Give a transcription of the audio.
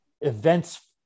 events